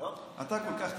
אתה כל כך טיפש?